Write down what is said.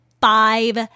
five